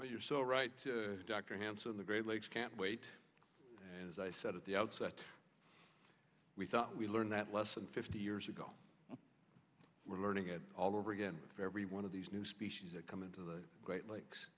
but you're so right dr hansen the great lakes can't wait as i said at the outset we thought we learned that lesson fifty years ago we're learning it all over again for every one of these new species that come into the great lakes